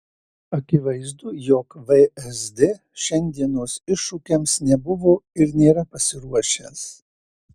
akivaizdu jog vsd šiandienos iššūkiams nebuvo ir nėra pasiruošęs